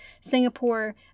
Singapore